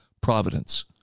providence